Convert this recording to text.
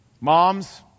Moms